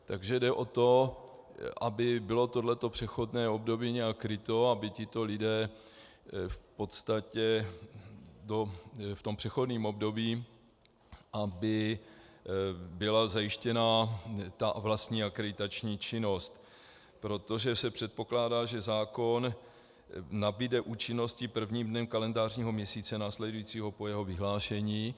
Takže jde o to, aby bylo toto přechodné období nějak kryto, aby tito lidé v podstatě v tom přechodném období, aby byla zajištěna vlastní akreditační činnost, protože se předpokládá, že zákon nabude účinnosti prvním dnem kalendářního měsíce následujícího po jeho vyhlášení.